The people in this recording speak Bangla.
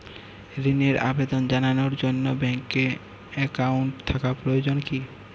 ঋণের আবেদন জানানোর জন্য ব্যাঙ্কে অ্যাকাউন্ট থাকা প্রয়োজন কী?